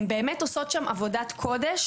הן באמת עושות שם עבודת קודש.